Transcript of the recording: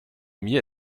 mir